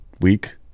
week